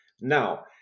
Now